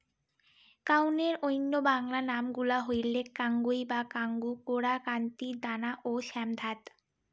কাউনের অইন্য বাংলা নাম গুলা হইলেক কাঙ্গুই বা কাঙ্গু, কোরা, কান্তি, দানা ও শ্যামধাত